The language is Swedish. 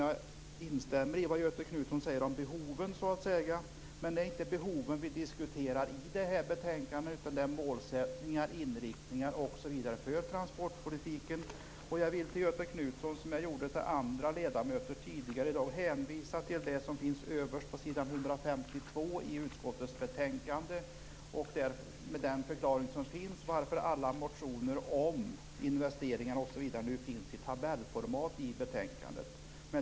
Jag instämmer i det som Göthe Knutson sade om behovet, men det är inte behoven som behandlas i det här betänkandet, utan det är målsättningar, inriktningar osv. för transportpolitiken. Jag vill hänvisa Göthe Knutson till det som står överst på s. 152 i utskottets betänkande och till den förklaring som finns om orsaken till att alla motioner om investeringar osv. redovisas i tabellformat i betänkandet.